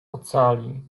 ocali